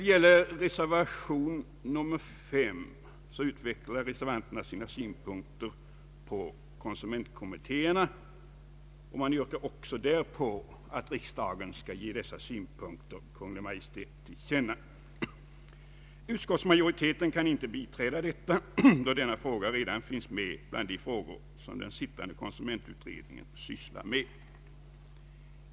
I reservation 4 utvecklar reservanterna sina synpunkter på konsumentkommitteér och yrkar att riksdagen skall ge Kungl. Maj:t till känna vad där anförts. Utskottsmajoriteten kan inte biträda detta, då denna fråga redan finns med bland de frågor som den sittande konsumentutredningen sysslar med.